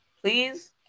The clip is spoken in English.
Please